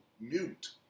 mute